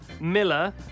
Miller